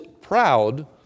proud